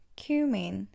cumin